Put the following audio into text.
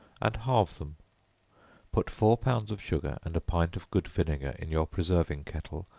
and halve them put four pounds of sugar and a pint of good vinegar in your preserving kettle,